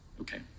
Okay